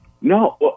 No